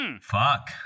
Fuck